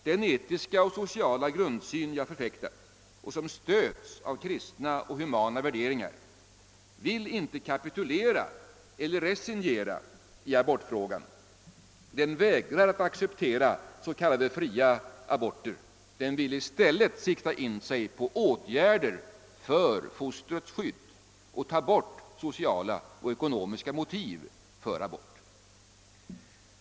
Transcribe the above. Den etiska och sociala grundsyn jag förfäktat och som stöds av kristna och humana värderingar vill inte kapitulera eller resignera i abortfrågan. Den vägrar att acceptera s.k. fria aborter. Den vill i stället sikta in sig på åtgärder för fostrets skydd och ta bort sociala och ekonomiska motiv för abort.